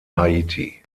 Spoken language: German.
haiti